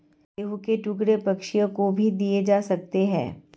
गेहूं के टुकड़े पक्षियों को भी दिए जा सकते हैं